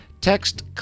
text